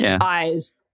eyes